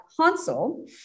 Hansel